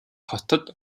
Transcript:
хотод